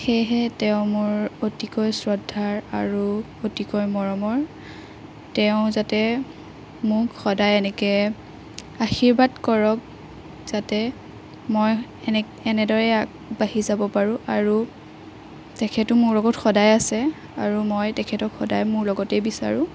সেয়েহে তেওঁ মোৰ অতিকৈ শ্ৰদ্ধাৰ আৰু অতিকৈ মৰমৰ তেওঁ যাতে মোক সদায় এনেকৈ আশীৰ্বাদ কৰক যাতে মই এনে এনেদৰেই আগবাঢ়ি যাব পাৰোঁ আৰু তেখেতো মোৰ লগত সদায় আছে আৰু মই তেখেতক সদায় মোৰ লগতেই বিচাৰোঁ